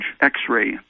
X-ray